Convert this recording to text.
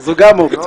זו גם אופציה.